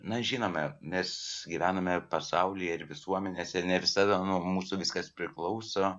na žinoma nes gyvename pasaulyje ir visuomenėse ne visada nuo mūsų viskas priklauso